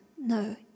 No